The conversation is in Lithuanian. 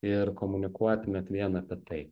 ir komunikuotumėt vien apie tai